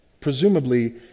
Presumably